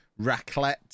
raclette